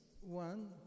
one